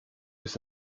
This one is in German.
ist